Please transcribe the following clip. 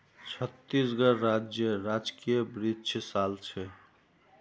छत्तीसगढ़ राज्येर राजकीय वृक्ष साल छे